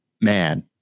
man